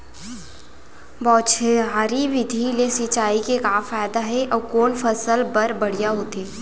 बौछारी विधि ले सिंचाई के का फायदा हे अऊ कोन फसल बर बढ़िया होथे?